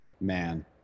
Man